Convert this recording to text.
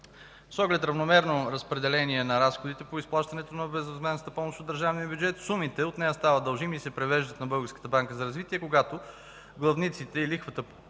С оглед равномерно разпределение на разходите по изплащането на безвъзмездната помощ от държавния бюджет сумите от нея стават дължими и се превеждат на Българската банка за развитие, когато главниците и лихвата